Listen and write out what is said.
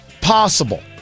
possible